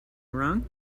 wrong